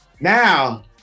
Now